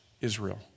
Israel